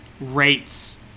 rates